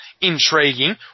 intriguing